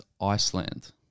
Iceland